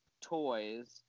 toys